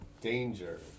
danger